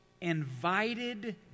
invited